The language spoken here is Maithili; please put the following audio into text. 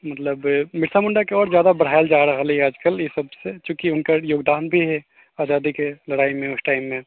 मतलब बिरसा मुण्डाके आओर ज्यादा बढ़ाएल जा रहल अइ आजकल ई शब्दसँ चूँकि हुनकर योगदान भी हइ आजादीके लड़ाइमे उस टाइममे